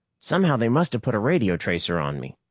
somehow, they must have put a radio tracer on me.